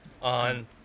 on